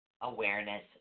awareness